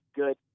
good